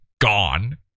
gone